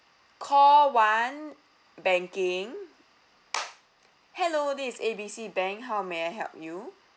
call one banking hello this A B C bank how may I help you